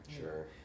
sure